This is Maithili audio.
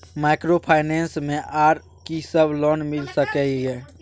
माइक्रोफाइनेंस मे आर की सब लोन मिल सके ये?